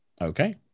okay